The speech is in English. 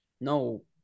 No